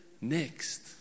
next